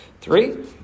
Three